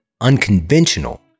unconventional